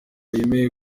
yemeye